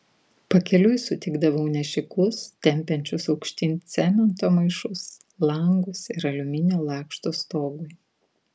pakeliui sutikdavau nešikus tempiančius aukštyn cemento maišus langus ir aliuminio lakštus stogui